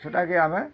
ସେଟାକେ ଆମେ